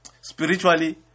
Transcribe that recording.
Spiritually